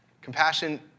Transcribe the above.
Compassion